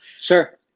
sure